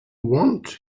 want